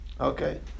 okay